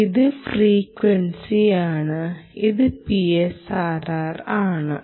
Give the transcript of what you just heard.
ഇത് ഫ്രീക്വൻസിയാണ് ഇത് PSRR ആണ്